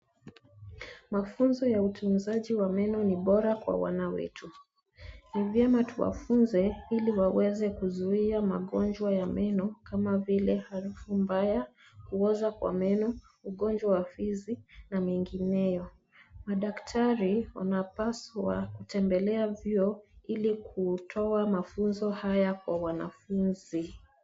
Mafunzo ya utunzaji wa meno ni bora kwa wana wetu, ni vyema tuwatunze ili waweze kuzuia magonjwa ya meno kama vile harufu mbaya, kuoza kwa meno, ugonjwa wa fizi na mengineyo. Madaktari wanapaswa kutembelea vyuo ili kutoa mafunzo haya kwa wanafunzi.